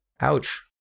Ouch